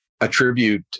attribute